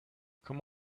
come